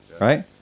Right